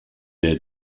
der